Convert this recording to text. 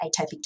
atopic